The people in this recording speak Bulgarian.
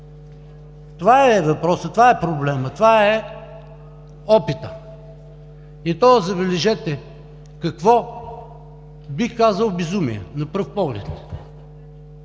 Това е въпросът, това е проблемът, това е опитът, и то, забележете, какво, бих казал безумие, на пръв поглед